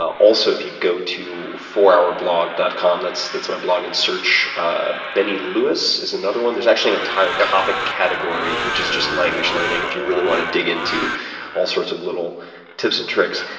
ah also if you go to fourhourblog dot com that's that's my blog and search benny louis is another one. there's actually an entire topic category which is just language learning if you really want to dig into all sorts of little tips and tricks.